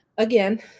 Again